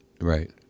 Right